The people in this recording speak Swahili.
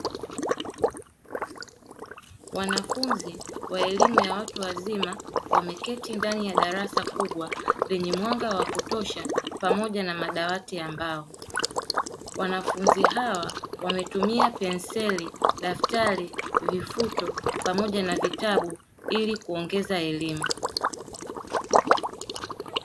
Wanafunzi wa elimu ya watu wazima wameketi ndani ya darasa kubwa lenye mwanga wa kutosha pamoja na madawati ya mbao. Wanafunzi hawa wametumia penseli, daftari, vifuto pamoja na vitabu ili kuongeza elimu.